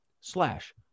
slash